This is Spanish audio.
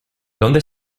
dónde